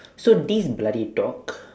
so this bloody dog